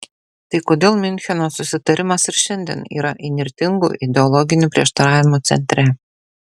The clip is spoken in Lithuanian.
tai kodėl miuncheno susitarimas ir šiandien yra įnirtingų ideologinių prieštaravimų centre